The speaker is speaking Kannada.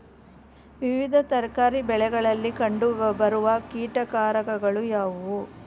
ವಿವಿಧ ತರಕಾರಿ ಬೆಳೆಗಳಲ್ಲಿ ಕಂಡು ಬರುವ ಕೀಟಕಾರಕಗಳು ಯಾವುವು?